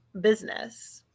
business